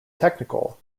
technical